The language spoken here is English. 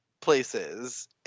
places